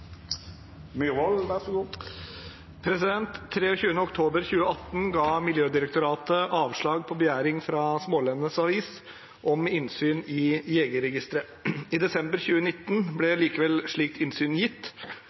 oktober 2018 gav Miljødirektoratet avslag på begjæring fra Smaalenenes Avis om innsyn i Jegerregisteret. I desember 2019 ble likevel slikt innsyn gitt